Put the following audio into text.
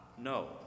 No